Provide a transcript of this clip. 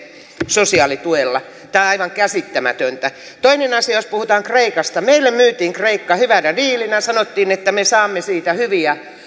sosiaalituella tämä on aivan käsittämätöntä toinen asia jos puhutaan kreikasta meille myytiin kreikka hyvänä diilinä sanottiin että me saamme siitä hyviä